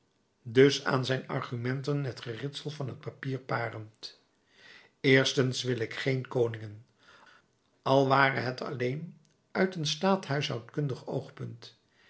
dus aan zijn argumenten het geritsel van het papier parend eerstens wil ik geen koningen al ware het alleen uit een staathuishoudkundig oogpunt